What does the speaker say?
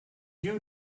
you